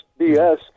BS